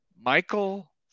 Michael